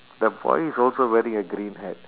the boys also wearing a green hat